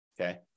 Okay